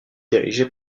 dirigé